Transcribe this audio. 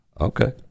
Okay